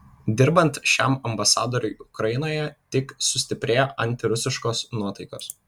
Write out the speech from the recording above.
dirbant šiam ambasadoriui ukrainoje tik sustiprėjo antirusiškos nuotaikos